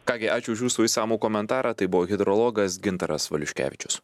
ką gi ačiū už jūsų išsamų komentarą tai buvo hidrologas gintaras valiuškevičius